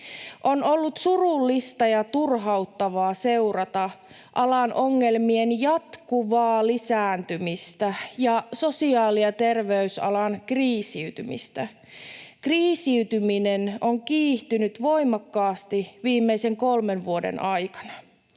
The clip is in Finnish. On ollut surullista ja turhauttavaa seurata alan ongelmien jatkuvaa lisääntymistä ja sosiaali- ja terveysalan kriisiytymistä. Kriisiytyminen on kiihtynyt voimakkaasti viimeisen kolmen vuoden aikana,